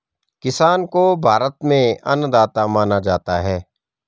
किसान को भारत में अन्नदाता माना जाता है